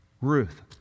Ruth